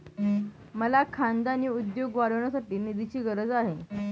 मला खानदानी उद्योग वाढवण्यासाठी निधीची गरज आहे